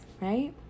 right